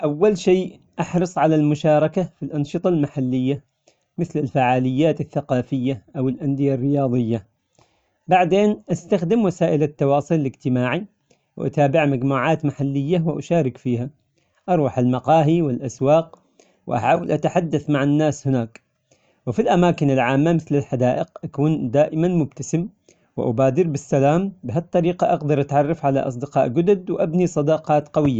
أول شي أحرص على المشاركة في الأنشطة المحلية مثل الفعاليات الثقافية أو الأندية الرياضية، بعدين أستخدم وسائل التواصل الاجتماعي وأتابع مجموعات محلية وأشارك فيها أروح المقاهي والأسواق وأحاول أن أتحدث مع الناس هناك وفي الأماكن العامة مثل الحدائق أكون دائما مبتسم وأبادر بالسلام بها الطريقة أقدر أتعرف على أصدقاء جدد وأبني صداقات قوية.